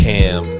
Cam